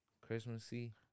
Christmassy